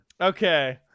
Okay